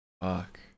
Fuck